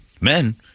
Men